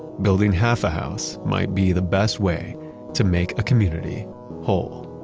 building half a house might be the best way to make a community whole